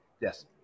yes